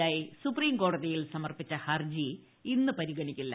I സുപ്രീംകോടതിയിൽ സമർപ്പിച്ച ഹർജി ഇന്ന് പരിഗണിക്കില്ല